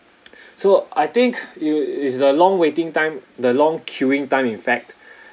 so I think it~ it's the long waiting time the long queueing time in fact